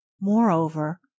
moreover